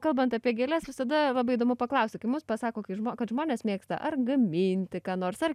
kalbant apie gėles visada labai įdomu paklausti kai mus pasako kai žmo kad žmonės mėgsta ar gaminti ką nors ar